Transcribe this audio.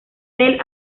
del